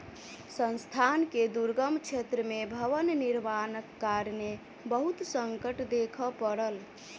संस्थान के दुर्गम क्षेत्र में भवन निर्माणक कारणेँ बहुत संकट देखअ पड़ल